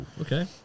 Okay